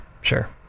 sure